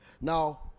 Now